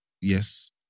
Yes